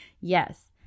Yes